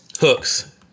Hooks